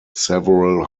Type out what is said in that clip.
several